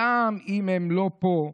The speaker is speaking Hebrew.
גם אם הוא לא פה,